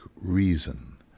reason